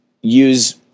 use